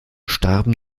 starben